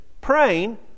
praying